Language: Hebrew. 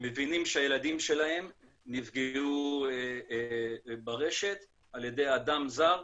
מבינים שהילדים שלהם נפגעו ברשת על ידי אדם זר,